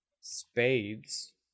Spades